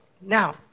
Now